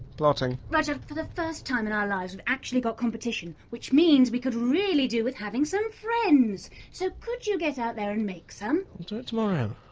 plotting. rudyard, for the first time in our lives we've actually got competition, which means we could really do with having some friends so could you get out there and make some! i'll do it tomorrow.